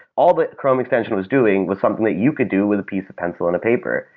all that chrome extension was doing was something that you can do with a piece of pencil and a paper.